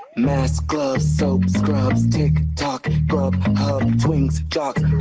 mask, gloves, soap, scrubs tiktok, grubhub twinks, jocks,